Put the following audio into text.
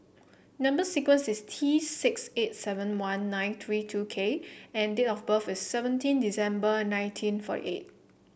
number sequence is T six eight seven one nine three two K and date of birth is seventeen December nineteen forty eight